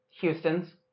Houston's